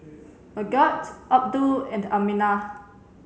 Abdul and Aminah